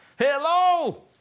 Hello